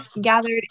gathered